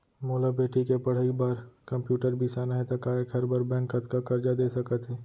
मोला बेटी के पढ़ई बार कम्प्यूटर बिसाना हे त का एखर बर बैंक कतका करजा दे सकत हे?